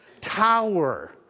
tower